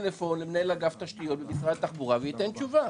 צריך להתקשר בטלפון למנהל אגף התשתיות במשרד התחבורה שייתן תשובה.